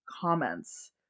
comments